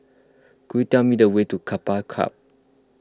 could you tell me the way to Keppel Club